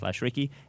Ricky